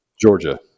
Georgia